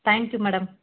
thank you madam